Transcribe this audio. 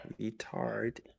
retard